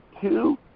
two